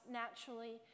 naturally